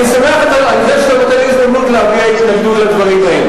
אני שמח על זה שאתה נותן לי הזדמנות להביע התנגדות לדברים האלה.